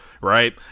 right